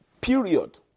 period